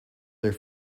their